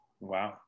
Wow